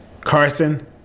Carson